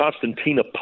constantina